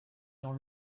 dans